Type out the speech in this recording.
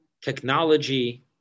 technology